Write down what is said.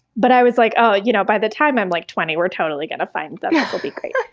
but i was like, oh you know, by the time i'm like twenty we're totally going to find them. this'll be great.